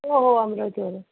हो हो अमरावतीवरून